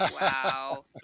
Wow